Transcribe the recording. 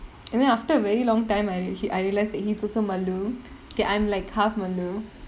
and then after a very long time i~ he~ I realised that he's also mallu and I'm like half mallu